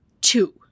two